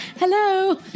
hello